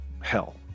hell